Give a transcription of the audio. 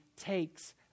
takes